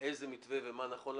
איזה מתווה ומה נכון לעשות,